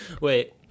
wait